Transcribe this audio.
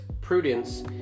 prudence